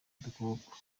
dukoko